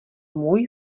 můj